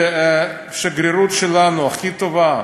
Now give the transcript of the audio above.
כשהשגרירות שלנו, הכי טובה,